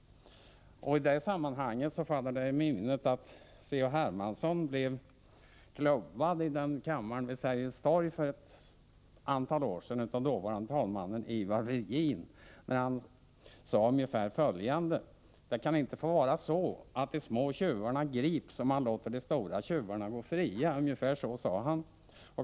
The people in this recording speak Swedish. I detta sammanhang faller det mig i minnet att C.-H. Hermansson för ett antal år sedan blev avklubbad i kammaren vid Sergels torg av dåvarande talmannen Ivar Virgin när han sade ungefär följande: Det kan inte få vara så att de små tjuvarna grips och man låter de stora tjuvarna gå fria.